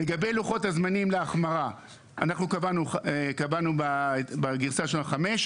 לגבי לוחות הזמנים להחמרה אנחנו קבענו בגרסה של החמש,